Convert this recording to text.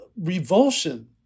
revulsion